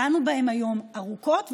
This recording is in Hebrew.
דנו בהם היום ארוכות,